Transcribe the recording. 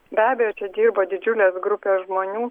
be abejo čia dirba didžiulės grupės žmonių